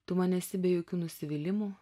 tu man esi be jokių nusivylimų